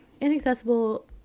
inaccessible